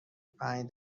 پنج